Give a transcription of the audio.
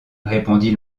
répondit